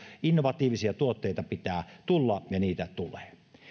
innovatiivisia tuotteita pitää tulla ja niitä tulee